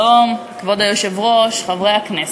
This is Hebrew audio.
כבוד היושב-ראש, שלום, חברי הכנסת,